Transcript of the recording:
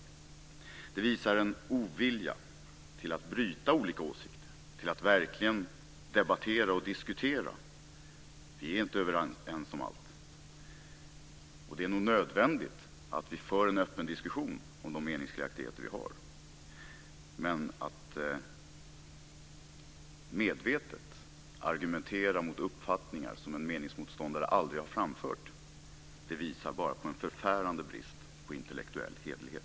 Det visar en ovilja att bryta olika åsikter, att verkligen debattera och diskutera. Vi är inte överens om allt, och det är nog nödvändigt att vi för en öppen diskussion om de meningsskiljaktigheter vi har. Men att medvetet argumentera mot uppfattningar som en meningsmotståndare aldrig har framfört visar bara på en förfärande brist på intellektuell hederlighet.